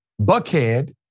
Buckhead